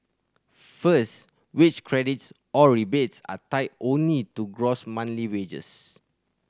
first wage credits or rebates are tied only to gross monthly wages